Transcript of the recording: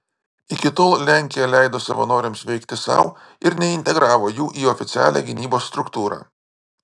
iki tol lenkija leido savanoriams veikti sau ir neintegravo jų į oficialią gynybos struktūrą